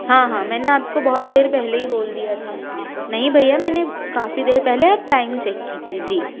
हाँ हाँ मैंने आपको बहुत देर पहले ही बोल दिया था नहीं भईया मैंने काफ़ी देर पहले आप टाइम चेक कीजिए जी